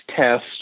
test